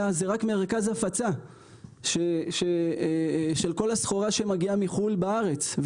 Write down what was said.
הוא רק מרכז הפצה של כל הסחורה שמגיעה מחו"ל בארץ,